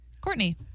Courtney